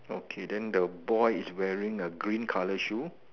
okay then the boy is wearing a green colour shoe